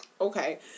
Okay